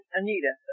Anita